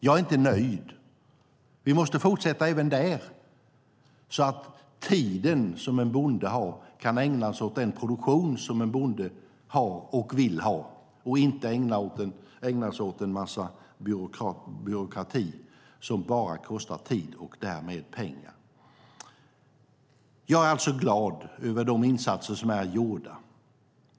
Jag är inte nöjd, för vi måste fortsätta även där så att den tid som en bonde har kan ägnas åt den produktion som en bonde har och vill ha i stället för åt en massa byråkrati som bara kostar tid och därmed pengar. Jag är alltså glad över de insatser som är gjorda.